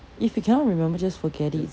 if you cannot remember just forget it